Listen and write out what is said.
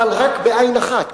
אבל רק בעין אחת,